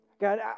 God